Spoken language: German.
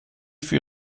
für